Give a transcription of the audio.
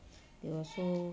they also